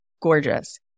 gorgeous